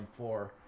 m4